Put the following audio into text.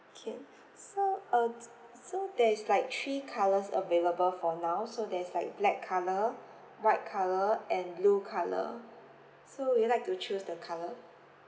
can so uh so there is like three colours available for now so there is like black colour white colour and blue colour so would you like to choose the colour